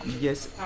Yes